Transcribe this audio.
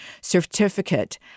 certificate